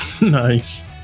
Nice